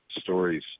stories